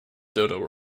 dodo